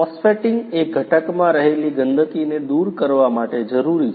phosphating એ ઘટકમાં રહેલી ગંદકીને દુર કરવા માટે જરૂરી છે